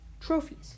trophies